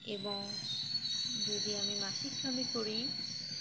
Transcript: এবং যদি আমি মাসিক করি